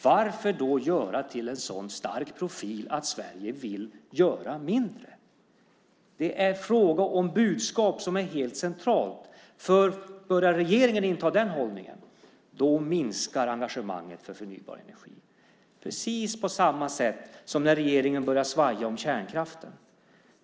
Varför då göra det till en så stark profil att Sverige vill göra mindre? Det är fråga om ett budskap som är helt centralt. Börjar regeringen inta den hållningen minskar engagemanget för förnybar energi, precis på samma sätt som när regeringen börjar svaja om kärnkraften.